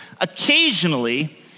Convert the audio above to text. occasionally